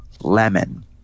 Lemon